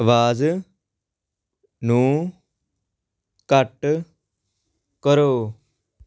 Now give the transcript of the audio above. ਆਵਾਜ਼ ਨੂੰ ਘੱਟ ਕਰੋ